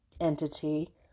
entity